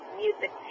music